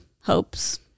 hopes